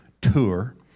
tour